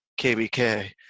KBK